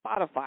Spotify